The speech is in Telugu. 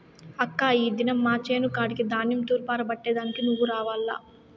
అక్కా ఈ దినం మా చేను కాడికి ధాన్యం తూర్పారబట్టే దానికి నువ్వు రావాల్ల